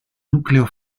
núcleo